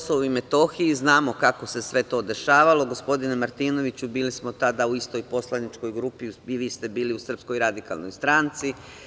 Što se tiče misije EU na KiM, znamo kako se sve to dešavalo, gospodine Martinoviću, bili smo tada u istoj poslaničkoj grupi, i vi ste bili u Srpskoj radikalnoj stranci.